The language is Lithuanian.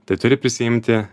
tai turi prisiimti